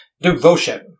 Devotion